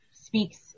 speaks